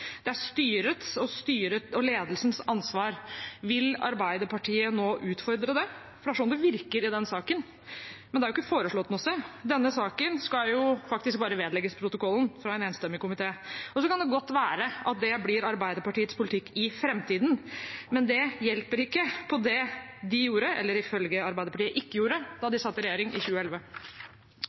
Det er styrets og ledelsens ansvar. Vil Arbeiderpartiet nå utfordre det? Det er sånn det virker i denne saken, men det er ikke foreslått noe sted. Denne saken skal faktisk bare vedlegges protokollen, fra en enstemmig komité. Så kan det godt være at det blir Arbeiderpartiets politikk i framtiden, men det hjelper ikke det på det de gjorde – eller, ifølge Arbeiderpartiet, ikke gjorde – da de satt i regjering i 2011.